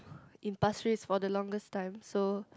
in Pasir Ris for the longest time so